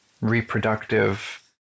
reproductive